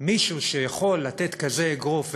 מישהו שיכול לתת כזה אגרוף,